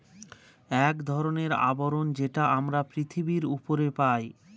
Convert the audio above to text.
এক ধরনের আবরণ যেটা আমরা পৃথিবীর উপরে পাই